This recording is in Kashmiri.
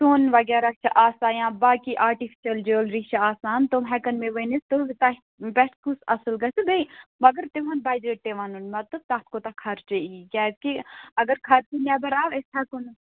سۄن وغیرہ چھُ آسان یا باقٕے آرٹِفیٚشل جیٛوٗلرِی چھِ آسان تِم ہٮ۪کَن مےٚ ؤنِتھ تہٕ تۅہہِ پٮ۪ٹھ کُس اَصٕل گَژھِ تہٕ بَیٚیہِ مَگر تِہُنٛد بَجَٹ تہِ وَنُن مطلب تَتھ کوٗتاہ خرچہٕ یی کیٛازِکہِ اَگر خرچہٕ نِیَبر آو اَسۍ ہیٚکو نہٕ